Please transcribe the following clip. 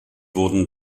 wurden